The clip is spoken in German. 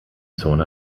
zone